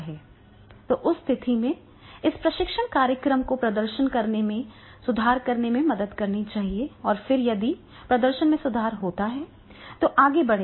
तो उस स्थिति में इस प्रशिक्षण कार्यक्रम को प्रदर्शन में सुधार करने में मदद करनी चाहिए और फिर यदि प्रदर्शन में सुधार होता है तो यह आगे बढ़ेगा